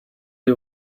you